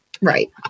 Right